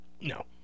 No